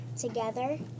together